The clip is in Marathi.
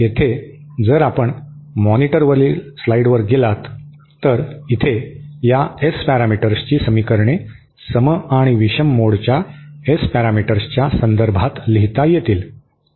येथे जर आपण मॉनिटरवरील स्लाइड्स वर गेलात तर इथे या एस पॅरामीटर्सची समीकरणे सम आणि विषम मोडच्या एस पॅरामीटर्सच्या संदर्भात लिहिता येतील